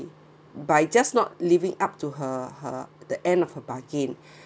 by just not living up to her her the end of bargain